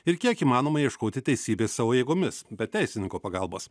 ir kiek įmanoma ieškoti teisybės savo jėgomis be teisininko pagalbos